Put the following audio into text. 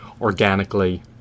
organically